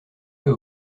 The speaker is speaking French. fait